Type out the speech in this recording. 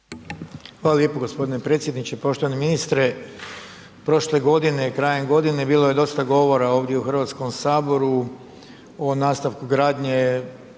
Hvala lijepo g. predsjedniče, poštovani ministre. Prošle godine, krajem godine, bilo je dosta govora ovdje u HS-u, o nastavku gradnje